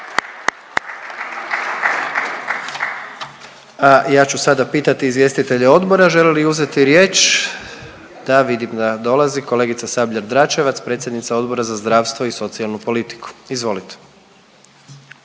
Ja ću sada pitati izvjestitelje odbora žele li uzeti riječ? Da, vidim da dolazi kolegica Sabljar-Dračevac, predsjednica Odbora za zdravstvo i socijalnu politiku, izvolite.